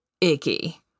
icky